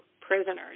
prisoners